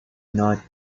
not